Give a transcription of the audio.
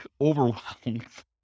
overwhelmed